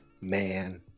man